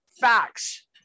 facts